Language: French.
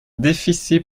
déficit